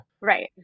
Right